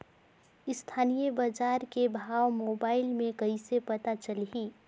स्थानीय बजार के भाव मोबाइल मे कइसे पता चलही?